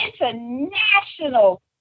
international